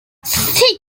six